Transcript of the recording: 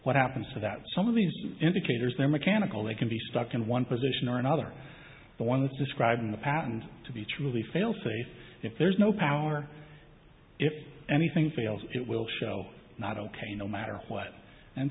what happened so that some of these indicators they're mechanical they can be stuck in one position or another one is describing a pattern to be truly failsafe if there is no power if anything fails it will show not ok no matter what and